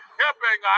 helping